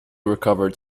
recovered